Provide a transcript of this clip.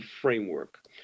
framework